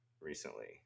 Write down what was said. recently